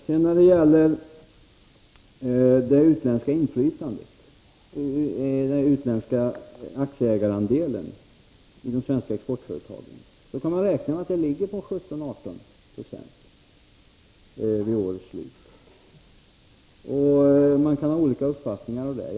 När det sedan gäller det utländska inflytandet — den utländska aktieägarandelen inom svenska exportföretag — kan man räkna med att denna andel kommer att ligga på 17-18 2 vid årets slut. Man kan ha olika uppfattningar om detta.